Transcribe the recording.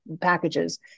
packages